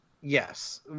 Yes